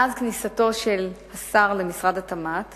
מאז כניסתו של השר למשרד התמ"ת